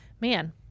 man